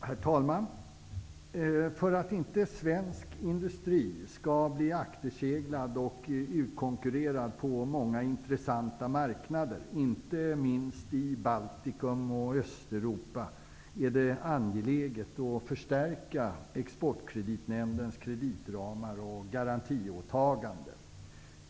Herr talman! För att svensk industri inte skall bli akterseglad och utkonkurrerad på många intressanta marknader, inte minst i Baltikum och Östeuropa, är det angeläget att förstärka Exportkreditnämndens kreditramar och garantiåtaganden.